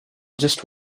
just